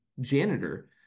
janitor